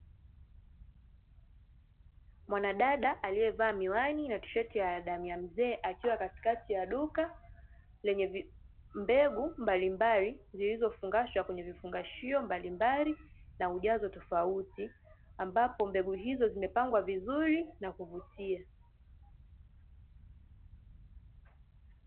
Mwandada aliyevaa miwani na tisheti ya damu ya mzee akiwa katikati ya duka lenye mbegu mbalimbali zilizofungashwa kwenye vifungashio mbalimbali na ujazo tofauti ambapo mbegu hizo zimepangwa vizuri na kuvutia.